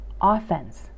offense